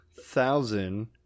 thousand